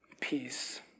peace